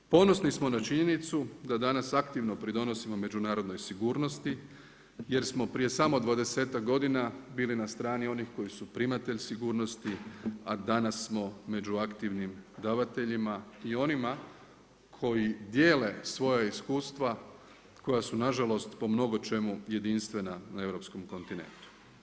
Ponosni smo na činjenicu da danas aktivno pridonosimo međunarodnoj sigurnosti jer smo prije samo dvadesetak godina bili na strani onih koji su primatelj sigurnosti a danas smo među aktivnim davateljima i onima koji dijele svoja iskustva koja su nažalost po mnogočemu jedinstvena na europskom kontinentu.